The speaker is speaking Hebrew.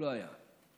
לא היה.